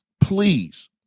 please